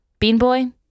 Beanboy